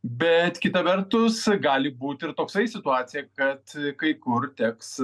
bet kita vertus gali būti ir toksai situacija kad kai kur teks